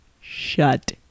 shut